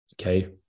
okay